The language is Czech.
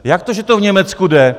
Jak to, že to v Německu jde?